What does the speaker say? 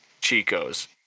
Chico's